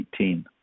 2018